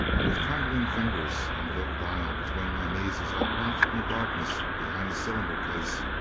and with trembling fingers on the little dial between my knees as i crouched in the darkness behind the cylinder case,